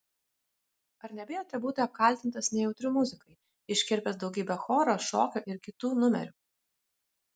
ar nebijote būti apkaltintas nejautriu muzikai iškirpęs daugybę choro šokio ir kitų numerių